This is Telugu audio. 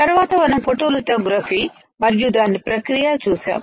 తరువాత మనం ఫోటోలితోగ్రఫీ మరియు దాని ప్రక్రియ చూశాం